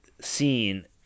scene